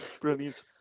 Brilliant